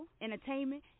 entertainment